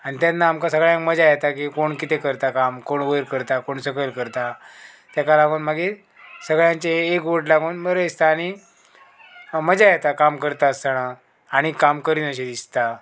आनी तेन्ना आमकां सगळ्यांक मजा येता की कोण कितें करता काम कोण वयर करता कोण सकयल करता तेका लागून मागीर सगळ्यांचे एकवोट लागून बरें दिसता आनी मजा येता काम करता आसतना आणी काम करीन अशें दिसता